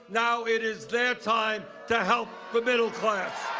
now it is their time to help the middle class.